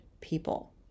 people